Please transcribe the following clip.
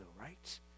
right